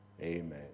Amen